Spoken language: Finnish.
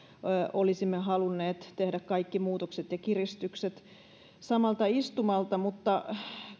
olisimme halunneet tehdä kaikki muutokset ja kiristykset samalta istumalta mutta